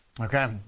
Okay